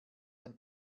ein